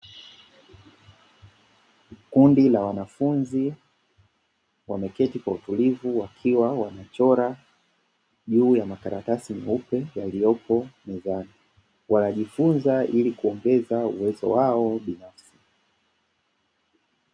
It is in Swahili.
Kundi la wanafunzi wameketi kwa utulivu wakiwa wanachora juu ya makaratasi meupe yaliyopo mezani, wanajifunza ili kuongeza uwezo wao binafsi.